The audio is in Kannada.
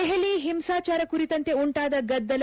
ದೆಹಲಿ ಹಿಂಸಾಚಾರ ಕುರಿತಂತೆ ಉಂಟಾದ ಗದ್ದಲ